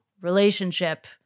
relationship